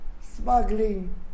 smuggling